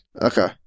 Okay